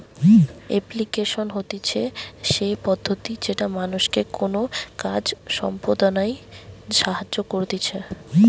application হতিছে সে পদ্ধতি যেটা মানুষকে কোনো কাজ সম্পদনায় সাহায্য করতিছে